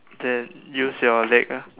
then use your leg ah